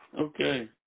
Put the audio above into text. Okay